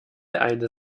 eine